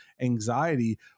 anxiety